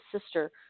sister